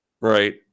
right